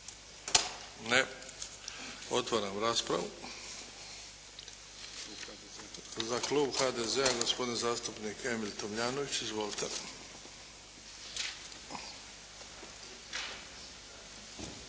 Ne. Otvaram raspravu. Za klub HDZ-a, gospodin zastupnik Emil Tomljanović. Izvolite.